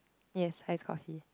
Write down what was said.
yes hi coffee